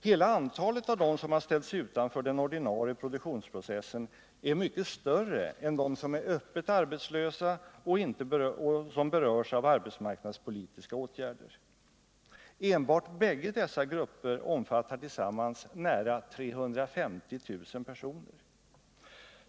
Hela antalet av dem som har ställts utanför den ordinarie produktionsprocessen är mycket större än siffran för dem som är öppet arbetslösa och som berörs av arbetsmarknadspolitiska åtgärder. Enbart bägge dessa grupper omfattar tillsammans nära 350 000 personer.